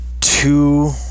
Two